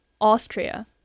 Austria